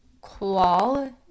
qual